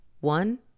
One